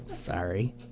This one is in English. Sorry